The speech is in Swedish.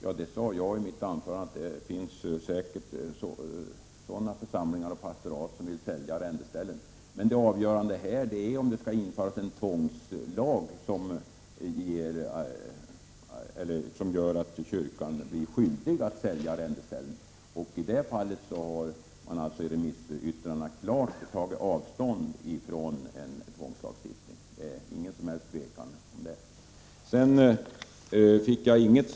Jag sade i mitt anförande att det säkert finns församlingar och pastorat som vill sälja arrendeställen. Men det avgörande här är om det skall införas en tvångslag som tvingar kyrkan att sälja arrendeställen. I remissyttrandet från kammarkollegiet, som företräder kyrkan, har man klart tagit avstånd från en tvångslagstiftning — det råder inga som helst tvivel om det.